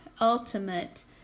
ultimate